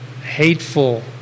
hateful